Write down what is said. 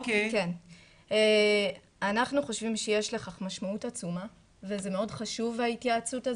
אנחנו חושבים שיש לכך משמעות עצומה וזה מאוד חשוב ההתייעצות הזו.